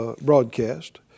broadcast